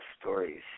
stories